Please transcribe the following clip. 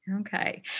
Okay